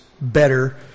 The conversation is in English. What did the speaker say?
better